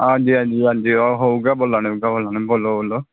आं जी आहो उऐ बोल्ला नै उऐ बोला नै बोल्लो बोल्लो